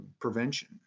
prevention